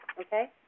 Okay